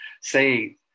say